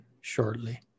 shortly